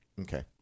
Okay